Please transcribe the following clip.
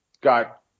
got